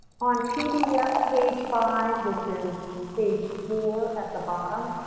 on pdf page five, which is page four at the bottom,